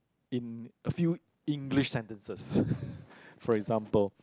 in a few English sentences for example